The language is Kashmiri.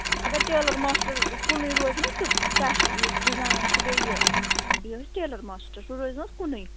اگر ٹیٚلر ماشٹر کُنٕے روزِ نا سُہ کیٛاہ چھُ یُس ڈِزاین تہٕ بیٚیہِ یہِ یہِ حظ ٹیٚلر ماشٹر سُہ روزِ نہَ حظ کُنٕے